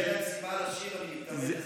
כשאני אומר שאין להם סיבה לשיר אני מתכוון כי